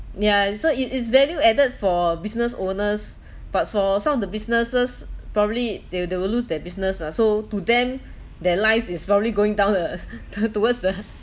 yeah so it is value added for business owners but for some of the businesses probably they'll they will lose their business ah so to them their lives is slowly going down the the towards the